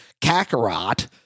Kakarot